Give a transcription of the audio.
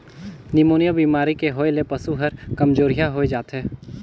pneumonia बेमारी के होय ले पसु हर कामजोरिहा होय जाथे